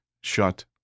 shut